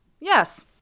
Yes